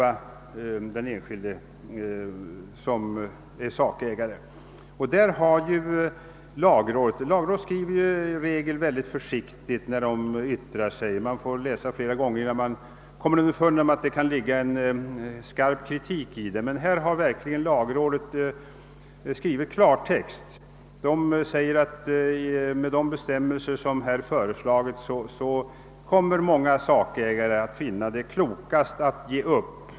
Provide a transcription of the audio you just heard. Lagrådet skriver i regel mycket försiktigt när det yttrar sig — man kan ibland få läsa igenom dess yttranden flera gånger innan man kommer underfund med att det kan ligga en skarp kritik i dess skrivning — men i detta fall har lagrådet verkligen uttryckt sig i klartext. Man framhåller att många sakägare med de bestämmelser som föreslagits kommer att finna det »klokast att ge upp».